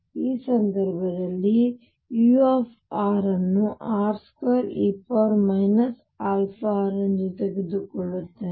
ಈ ಸಂದರ್ಭದಲ್ಲಿ ನಾನು u ಅನ್ನು r2e αr ಎಂದು ತೆಗೆದುಕೊಳ್ಳುತ್ತೇನೆ